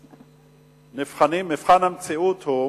המטרה, מבחן המציאות הוא